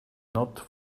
not